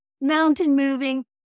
mountain-moving